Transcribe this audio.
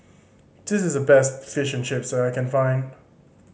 this is the best Fish and Chips that I can find